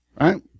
Right